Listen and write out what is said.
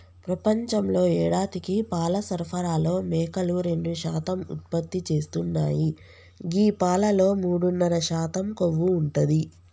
ప్రపంచంలో యేడాదికి పాల సరఫరాలో మేకలు రెండు శాతం ఉత్పత్తి చేస్తున్నాయి గీ పాలలో మూడున్నర శాతం కొవ్వు ఉంటది